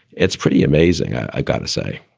it's pretty amazing. i've got to say